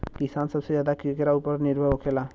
किसान सबसे ज्यादा केकरा ऊपर निर्भर होखेला?